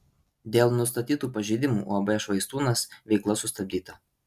dėl nustatytų pažeidimų uab švaistūnas veikla sustabdyta